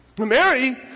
Mary